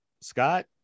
Scott